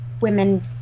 women